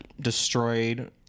destroyed